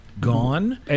gone